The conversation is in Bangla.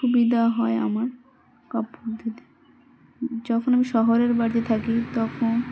সুবিধা হয় আমার কাপড় ধুতে যখন আমি শহরের বাড়িতে থাকি তখন